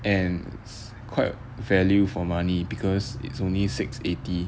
and it's quite value for money because it's only six eighty